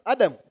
Adam